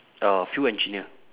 uh field engineer